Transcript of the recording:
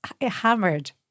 hammered